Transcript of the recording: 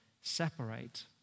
separate